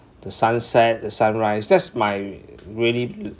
the sunset the sunrise that's my really